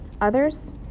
others